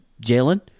Jalen